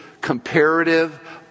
comparative